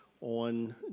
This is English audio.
on